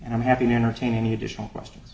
and i'm happy to entertain any additional questions